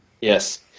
Yes